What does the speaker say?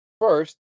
First